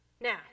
Now